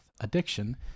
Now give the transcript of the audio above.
addiction